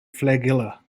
flagella